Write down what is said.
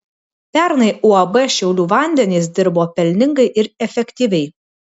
pernai uab šiaulių vandenys dirbo pelningai ir efektyviai